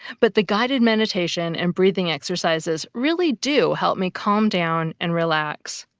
but the guided meditation and breathing exercises really do help me calm down and relax.